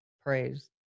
praise